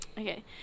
Okay